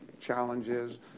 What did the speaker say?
challenges